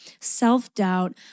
self-doubt